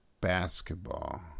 Basketball